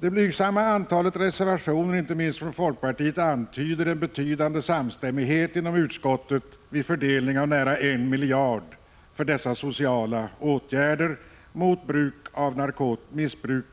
Det blygsamma antalet reservationer, inte minst från folkpartiet, antyder en betydande samstämmighet inom utskottet vid fördelningen av nära 1 miljard kronor för sociala åtgärder mot bruk och missbruk